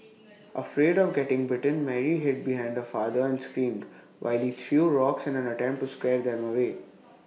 afraid of getting bitten Mary hid behind the father and screamed while he threw rocks in an attempt to scare them away